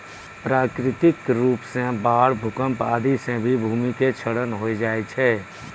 प्राकृतिक रूप सॅ बाढ़, भूकंप आदि सॅ भी भूमि के क्षरण होय जाय छै